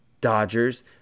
Dodgers